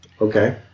Okay